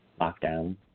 lockdown